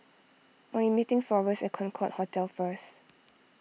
I'm meeting forrest at Concorde Hotel first